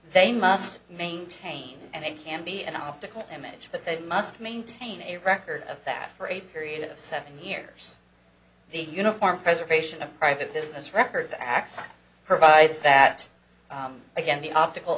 they must maintain and it can be and often an image but it must maintain a record of that for a period of seven years the uniform preservation of private business records acts provides that again the optical